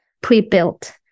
pre-built